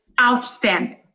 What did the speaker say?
outstanding